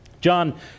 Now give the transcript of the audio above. John